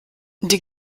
die